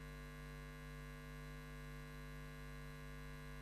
כי אנטנה סלולרית שהוצבה באזור מגורים בבני-ברק גרמה